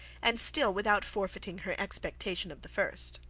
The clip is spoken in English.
and still without forfeiting her expectation of the first.